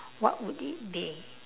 what would it be